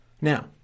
Now